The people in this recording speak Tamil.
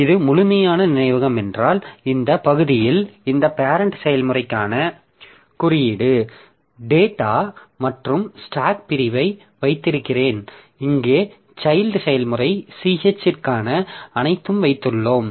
இது முழுமையான நினைவகம் என்றால் இந்த பகுதியில் இந்த பேரெண்ட் செயல்முறைக்கான குறியீடு டேட்டா மற்றும் ஸ்டாக் பிரிவை வைத்திருக்கிறேன் இங்கே சைல்ட் செயல்முறை ch ற்கான அனைத்தும் வைத்துள்ளோம்